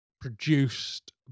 produced